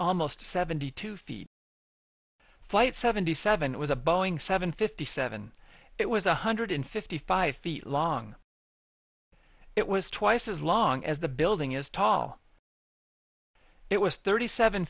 almost seventy two feet flight seventy seven it was a boeing seven fifty seven it was one hundred fifty five feet long it was twice as long as the building is tall it was thirty seven